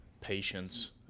patience